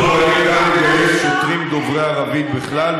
אנחנו דואגים לגייס שוטרים דוברי ערבית בכלל,